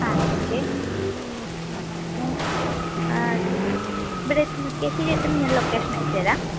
അ okay ആ അപ്പോൾ ആ ഇവിടെ എത്തുമ്പോൾ മുരിക്കാശ്ശേരി എത്തുമ്പോൾ ഞാൻ ലൊക്കെഷൻ അയച്ചു തരാം